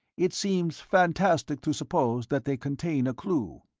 it seems fantastic to suppose that they contain a clue.